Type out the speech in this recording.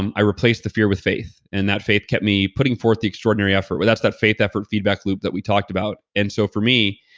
um i replaced the fear with faith and that faith kept me putting forth the extraordinary effort where that's that faith effort, feedback loop that we talked about and so for me,